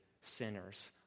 sinners